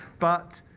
but